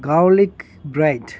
garlic bread